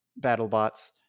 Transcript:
BattleBots